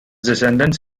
descendants